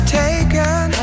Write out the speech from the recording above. taken